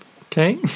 Okay